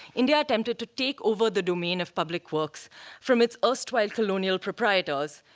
india attempted to take over the domain of public works from its erstwhile colonial proprietors.